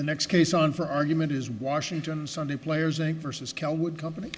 the next case on for argument is washington sunday players inc versus count would company